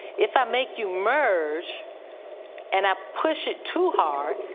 if i make you merge and i push it too hard,